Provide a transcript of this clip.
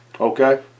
Okay